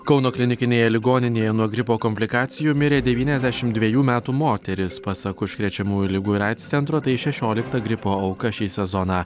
kauno klinikinėje ligoninėje nuo gripo komplikacijų mirė devyniasdešimt dvejų metų moteris pasak užkrečiamųjų ligų ir aids centro tai šešiolikta gripo auka šį sezoną